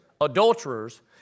adulterers